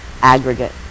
aggregate